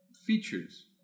Features